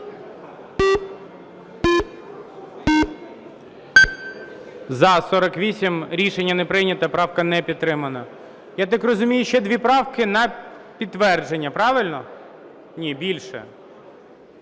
За-48 Рішення не прийнято. Правка не підтримана. Я так розумію, ще дві правки на підтвердження, правильно? Ні, більше.